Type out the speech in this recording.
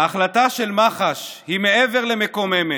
ההחלטה של מח"ש היא מעבר למקוממת,